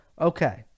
Okay